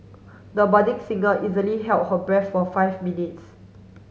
the budding singer easily held her breath for five minutes